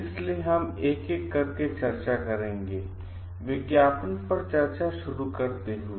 इसलिए हम एक एक करके चर्चा करेंगे विज्ञापन पर चर्चा से शुरुआत करते हुए